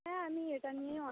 হ্যাঁ আমি এটা নিয়ে অনেক